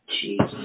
Jesus